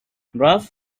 ralph